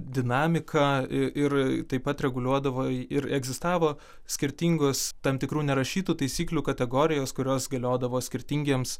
dinamiką ir ir taip pat reguliuodavo ir egzistavo skirtingos tam tikrų nerašytų taisyklių kategorijos kurios galiodavo skirtingiems